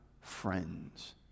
friends